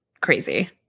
crazy